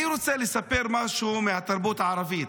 אני רוצה לספר משהו מהתרבות הערבית.